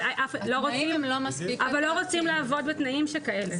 אבל לא רוצים לעבוד בתנאים שכאלה.